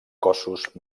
cossos